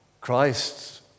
Christ